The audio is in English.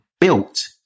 built